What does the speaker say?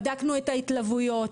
בדקנו את ההתלוויות.